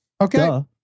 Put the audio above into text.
Okay